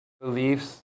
beliefs